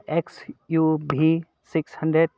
XUV six hundred